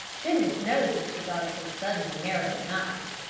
goodness knows what she thought of his suddenly narrowing eyes!